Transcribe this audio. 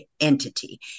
entity